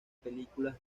películas